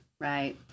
right